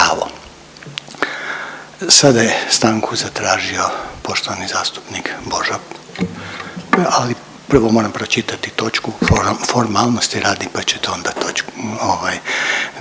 Sada je stanku zatražio poštovani zastupnik Božo, ali prvo moram pročitati točku formalnosti radi, pa ćete onda točku